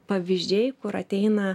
pavyzdžiai kur ateina